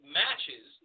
matches